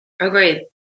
Agreed